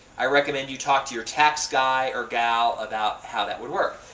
i recommend you talk to your tax guy or gal about how that would work.